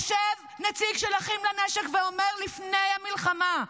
יושב נציג של אחים לנשק ואומר לפני המלחמה: